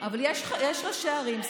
אבל יש ראשי ערים,